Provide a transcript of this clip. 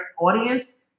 audience